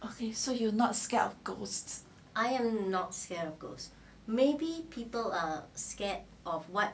okay so you not scared of ghosts